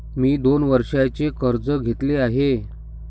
मी दोन वर्षांचे कर्ज घेतले आहे